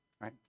right